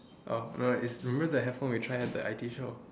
oh no no is remember the headphone we try at the I_T show